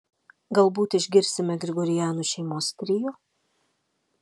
galbūt išgirsime grigorianų šeimos trio